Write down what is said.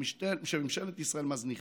שממשלת ממשלת ישראל מזניחה,